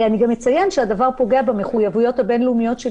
אני גם אציין שהדבר פוגע במחויבויות הבין לאומיות של